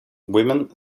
women